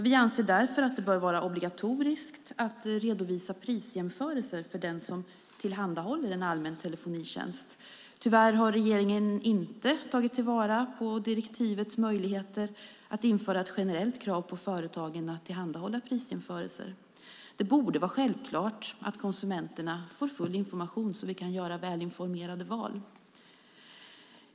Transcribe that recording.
Vi anser därför att det bör vara obligatoriskt att redovisa prisjämförelser för den som tillhandahåller en allmän telefontjänst. Tyvärr har regeringen inte tagit till vara direktivets möjligheter att införa ett generellt krav på företagen att tillhandahålla prisjämförelser. Det borde vara självklart att konsumenterna får full information, så att det går att göra välinformerade val.